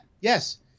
Yes